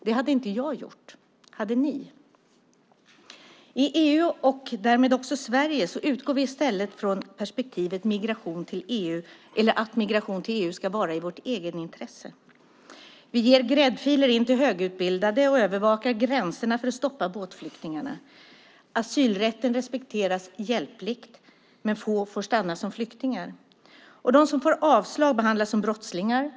Det hade inte jag gjort. Hade ni? I EU och därmed också Sverige utgår vi i stället från perspektivet att migration till EU ska vara i vårt egenintresse. Vi ger gräddfiler till högutbildade och övervakar gränserna för att stoppa båtflyktingarna. Asylrätten respekteras hjälpligt, men få får stanna som flyktingar. De som får avslag behandlas som brottslingar.